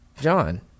John